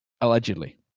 Allegedly